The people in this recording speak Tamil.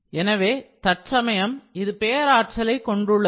எனவே தற்சமயம் இது பேராற்றலை கொண்டுள்ளது